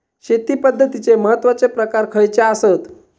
शेती पद्धतीचे महत्वाचे प्रकार खयचे आसत?